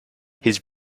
his